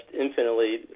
infinitely